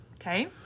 Okay